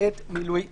בעת מילוי תפקידם."